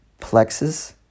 plexus